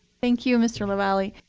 thank you, mr. lavalley.